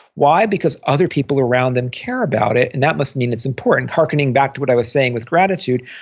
why? because other people around them care about it and that must mean it's important. hearkening back to what i was saying with gratitude,